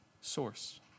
source